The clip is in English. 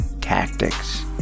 tactics